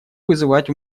вызывать